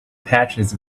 patches